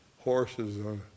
horses